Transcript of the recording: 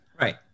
Right